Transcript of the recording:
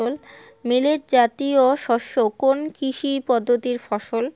Millet জাতীয় শস্য কোন কৃষি পদ্ধতির ফসল?